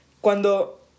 cuando